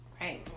right